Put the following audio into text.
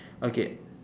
okay